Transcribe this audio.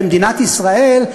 במדינת ישראל,